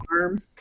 arm